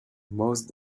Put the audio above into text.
most